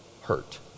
hurt